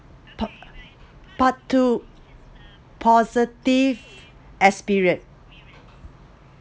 pa~ part two positive experience